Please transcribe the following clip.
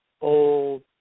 Old